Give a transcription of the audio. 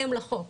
לחוק.